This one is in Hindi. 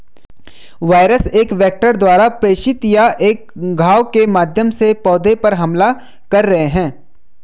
वायरस एक वेक्टर द्वारा प्रेषित या एक घाव के माध्यम से पौधे पर हमला कर रहे हैं